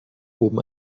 oben